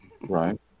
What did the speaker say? right